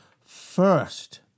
First